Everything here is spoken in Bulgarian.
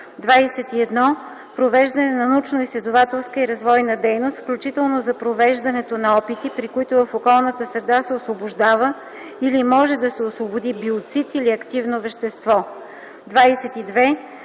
21. провеждане на научноизследователска и развойна дейност, включително за провеждането на опити, при които в околната среда се освобождава или може да се освободи биоцид или активно вещество; 22.